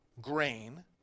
grain